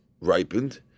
ripened